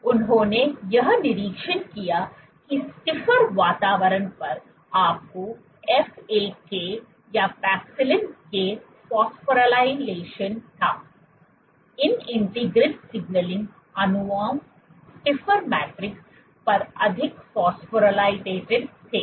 तो उन्होंने यह निरीक्षण किया की स्टिफर वातावरण पर आपको FAK या paxillin के फॉस्फोराइलेशन था इन इंटीग्रिन सिग्नलिंग अणुओं स्टिफर मैट्रिस पर अधिक फॉस्फोराइलेटेड थे